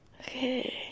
Okay